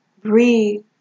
breathe